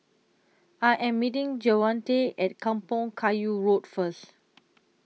I Am meeting Javonte At Kampong Kayu Road First